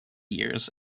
years